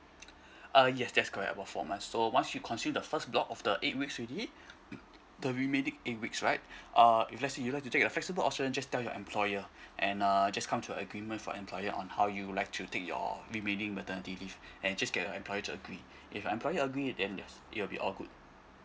uh yes that's correct about four months so once you consume the first block of the eight weeks already the remaining eight weeks right uh if let's say you like to take a flexible option just tell your employer and uh just come to agreement for employer on how you would like to take your remaining maternity leave and just get employer to agree if employer agree then yes it will be all good